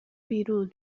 بیرون